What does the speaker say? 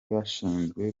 bashinzwe